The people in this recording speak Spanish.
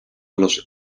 los